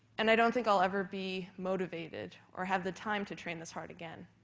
and i don't think i'll ever be motivated or have the time to train this hard again.